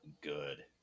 good